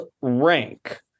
rank